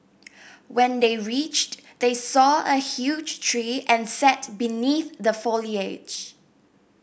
when they reached they saw a huge tree and sat beneath the foliage